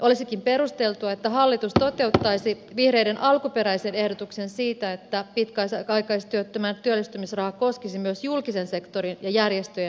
olisikin perusteltua että hallitus toteuttaisi vihreiden alkuperäisen ehdotuksen siitä että pitkäaikaistyöttömän työllistymisraha koskisi myös julkisen sektorin ja järjestöjen työpaikkoja